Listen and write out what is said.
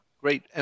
Great